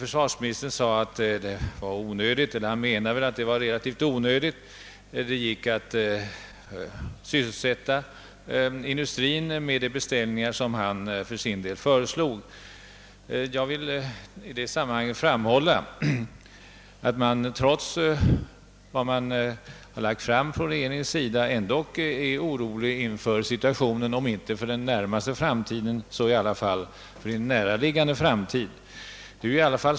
Detta menade försvarsministern är relativt onödigt; det går att sysselsätta industrierna med de beställningar som regeringen föreslagit. Men då vill jag poängtera att man inom berörda industrier trots regeringens åtgärder ändå är orolig inför situationen, kanske inte för den närmaste framtiden men väl inom en näraliggande framtid.